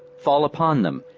fall upon them,